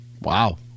Wow